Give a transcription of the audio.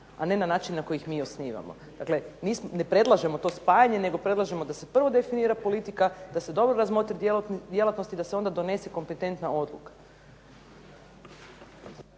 a ne na način na koji ih mi osnivamo. Dakle, ne predlažemo to spajanje, nego predlažemo da se prvo definira politika, da se dobro razmotre djelatnosti i da se onda donese kompetentna odluka.